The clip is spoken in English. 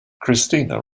christina